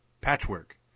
Patchwork